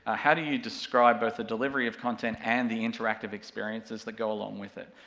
ah how do you describe both the delivery of content and the interactive experiences that go along with it?